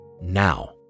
Now